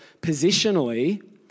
positionally